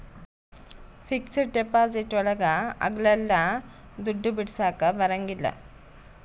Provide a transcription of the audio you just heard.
fixed deposit ಒಳಗ ಅಗ್ಲಲ್ಲ ದುಡ್ಡು ಬಿಡಿಸಕ ಬರಂಗಿಲ್ಲ